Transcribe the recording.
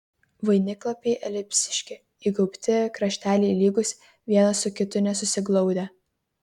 vainiklapiai elipsiški įgaubti krašteliai lygūs vienas su kitu nesusiglaudę